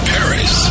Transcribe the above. Paris